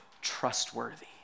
trustworthy